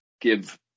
give